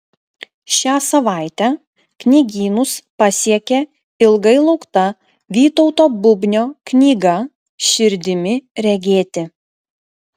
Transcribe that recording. šią savaitę knygynus pasiekė ilgai laukta vytauto bubnio knyga širdimi regėti